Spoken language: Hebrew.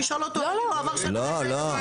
להגיד לו: עבר שנה וחצי.